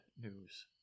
news